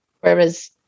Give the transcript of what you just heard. whereas